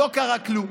לא קרה כלום.